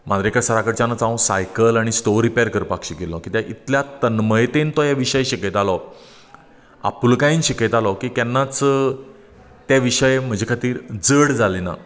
मांद्रेकर सरा कडच्यानच हांव सायकल आनी स्टोव रिपेर करपाक शिकिल्लो कित्याक इतल्या तनमयतेन तो हे विशय शिकयतालो आपूलकायेन शिकयतालो की केन्नाच ते विशय म्हजे खातीर जड जाले ना